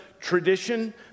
tradition